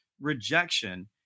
rejection